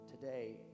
today